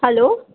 hello